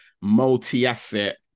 multi-asset